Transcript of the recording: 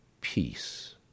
peace